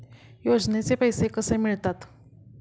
योजनेचे पैसे कसे मिळतात?